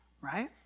Right